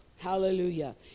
Hallelujah